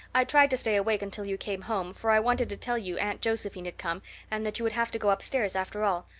i tried to stay awake until you came home, for i wanted to tell you aunt josephine had come and that you would have to go upstairs after all,